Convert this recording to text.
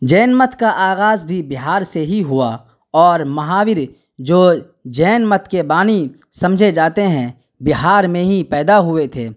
جین مت کا آغاز بھی بہار سے ہی ہوا اور مہاویر جو جین مت کے بانی سمجھے جاتے ہیں بہار میں ہی پیدا ہوئے تھے